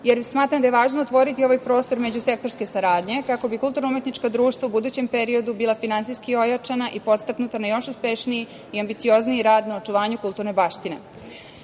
jer smatram da je važno otvoriti ovaj prostor međusektorske saradnje, kako bi kulturno-umetnička društva u budućem periodu bila finansijski ojačana i podstaknuta na još uspešniji i ambiciozniji rad na očuvanju kulturne